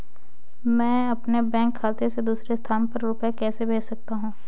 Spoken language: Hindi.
मैं अपने बैंक खाते से दूसरे स्थान पर रुपए कैसे भेज सकता हूँ?